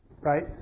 right